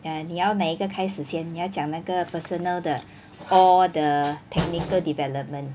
then 你要哪一个开始先你要讲那个 personal 的 or the technical development